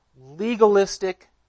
legalistic